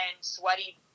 sweaty